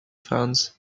funds